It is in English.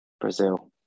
Brazil